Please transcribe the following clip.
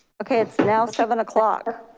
okay, it's now seven o'clock.